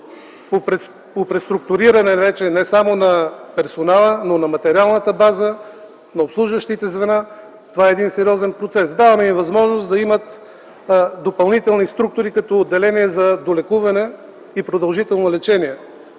по преструктуриране вече не само на персонала, но на материалната база, на обслужващите звена. Това е един сериозен процес. Даваме им възможност да имат допълнителни структури като отделение за долекуване и продължително лечение